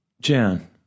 Jan